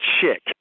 Chick